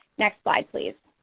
next slide, please.